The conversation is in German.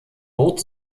bot